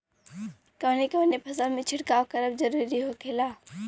कवने कवने फसल में छिड़काव करब जरूरी होखेला?